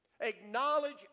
acknowledge